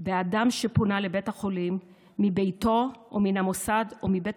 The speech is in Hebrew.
באדם שפונה לבית החולים מביתו או מן המוסד או מבית